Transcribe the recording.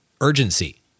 urgency